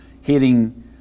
hitting